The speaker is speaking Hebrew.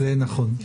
זה נכון.